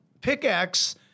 pickaxe